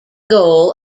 goal